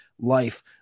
Life